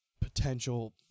potential